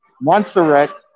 Montserrat